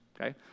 okay